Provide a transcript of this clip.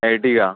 Ertiga